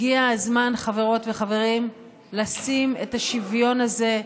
הגיע הזמן, חברות וחברים, לשים את השוויון הזה,